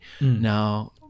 now